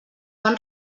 van